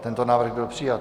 Tento návrh byl přijat.